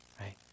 right